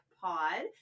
pod